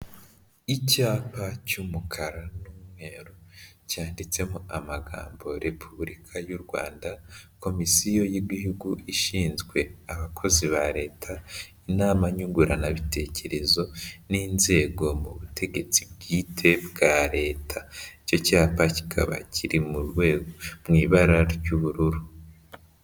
Icyapa cy'umukara n'umweru, cyanditsemo amagambo Repubulika y'u Rwanda, komisiyo y'Igihugu ishinzwe abakozi ba leta, inama nyunguranabitekerezo n'inzego mu butegetsi bwite bwa leta, icyo cyapa kikaba kiri mu rwego, mu ibara ry'ubururu.